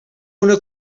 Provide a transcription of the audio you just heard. una